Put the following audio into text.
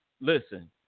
Listen